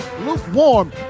lukewarm